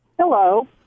Hello